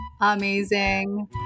amazing